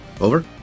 Over